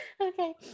Okay